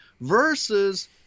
Versus